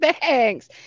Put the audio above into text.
Thanks